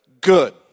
good